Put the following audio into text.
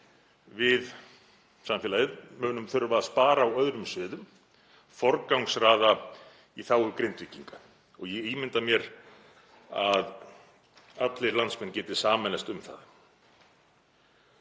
við samfélagið munum þurfa að spara á öðrum sviðum, forgangsraða í þágu Grindvíkinga, og ég ímynda mér að allir landsmenn geti sameinast um það.